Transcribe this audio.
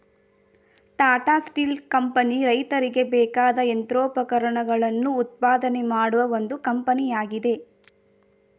Tata Steel company ರೈತರಿಗೆ ಬೇಕಾದ ಯಂತ್ರೋಪಕರಣಗಳನ್ನು ಉತ್ಪಾದನೆ ಮಾಡುವ ಒಂದು ಕಂಪನಿಯಾಗಿದೆ